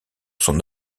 son